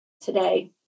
today